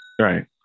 Right